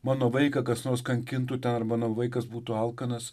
mano vaiką kas nors kankintų ar mano vaikas būtų alkanas